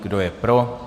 Kdo je pro?